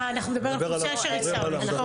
אה, אנחנו מדברים על אוכלוסייה שריצתה עונש.